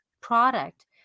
product